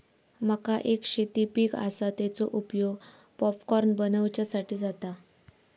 मका एक शेती पीक आसा, तेचो उपयोग पॉपकॉर्न बनवच्यासाठी जाता